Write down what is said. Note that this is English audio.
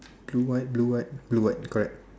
blue white blue white blue white correct